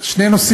שבין הנושא